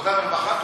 עבודה ורווחה,